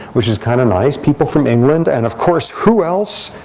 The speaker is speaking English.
which is kind of nice, people from england. and, of course, who else?